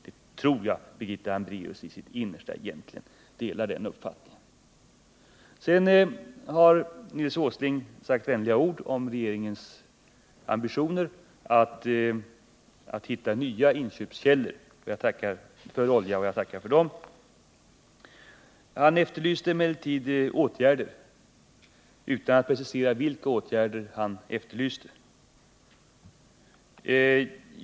Den uppfattningen tror jag att Birgitta Hambraeus egentligen delar. Nils Åsling sade vänliga ord om regeringens ambitioner att hitta nya inköpskällor för olja. Jag tackar för dem. Han efterlyste emellertid åtgärder — utan att precisera vilka åtgärder det gällde.